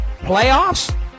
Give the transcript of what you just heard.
Playoffs